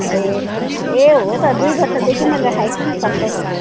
ए ए हो त दुई वर्षदेखि मैले राखेको छु नि सबै